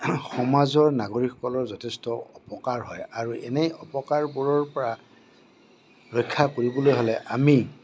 সমাজৰ নাগৰিকসকলৰ যথেষ্ট অপকাৰ হয় আৰু এনে অপকাৰবোৰৰপৰা ৰক্ষা কৰিবলৈ হ'লে আমি